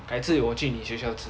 改次我去你学校吃